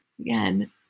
Again